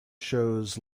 shows